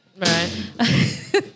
Right